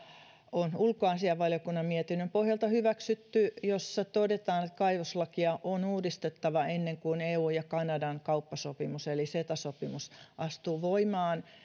on ulkoasiainvaliokunnan mietinnön pohjalta hyväksytty ja jossa todetaan että kaivoslakia on uudistettava ennen kuin eun ja kanadan kauppasopimus eli ceta sopimus astuu voimaan